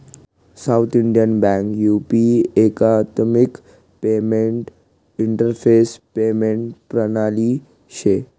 south Indian bank U P एकात्मिक payment interface payment प्रणाली शे